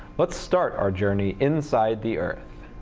let's start our journey inside the earth.